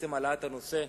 העלאת הנושא,